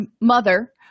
mother